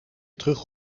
terug